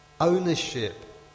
ownership